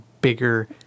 bigger